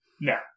No